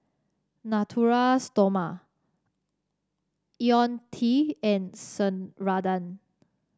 Natura Stoma IoniL T and Ceradan